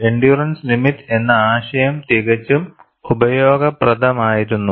endurance limits എന്ന ആശയം തികച്ചും ഉപയോഗപ്രദമായിരുന്നു